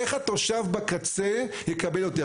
איך התושב בקצה יקבל יותר.